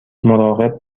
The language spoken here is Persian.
مراقب